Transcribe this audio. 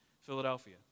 Philadelphia